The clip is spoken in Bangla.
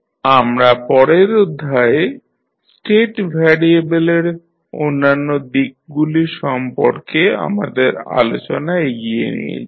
আমরা পরের অধ্যায়ে স্টেট ভ্যারিয়েবেলের অন্যান্য দিকগুলি সম্পর্কে আমাদের আলোচনা এগিয়ে নিয়ে যাব